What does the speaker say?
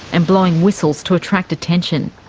and blowing whistles to attract attention.